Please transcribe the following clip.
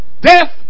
death